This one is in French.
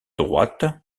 droites